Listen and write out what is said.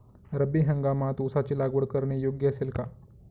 रब्बी हंगामात ऊसाची लागवड करणे योग्य असेल का?